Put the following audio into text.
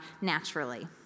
naturally